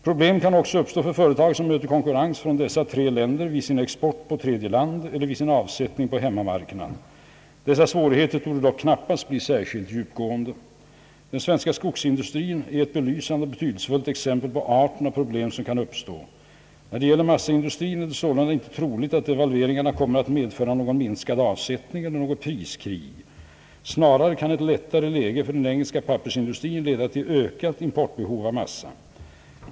Problem kan också uppstå för företag, som möter konkurrens från dessa tre länder vid sin export på tredje land eller vid sin avsättning på hemmamarknaden. Dessa svårigheter torde dock knappast bli särskilt djupgående. Den svenska skogsindustrin är ett belysande och betydelsefullt exempel på arten av problem som kan uppstå. När det gäller massaindustrin är det sålunda inte troligt, att devalveringarna kommer att medföra någon minskad avsättning eller något priskrig. Snarare kan ett lättare läge för den engelska pappersindustrin leda till ett ökat importbehov av massa.